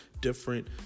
different